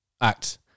act